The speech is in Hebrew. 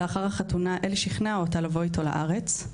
לאחר החתונה אלי שכנע אותה לבוא איתו לארץ.